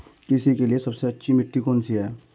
कृषि के लिए सबसे अच्छी मिट्टी कौन सी है?